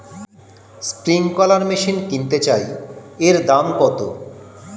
Sprinkler machine কিনতে চাই এর দাম কত?